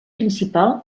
principal